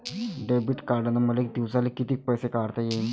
Debit कार्डनं मले दिवसाले कितीक पैसे काढता येईन?